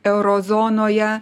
euro zonoje